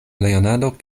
leonardo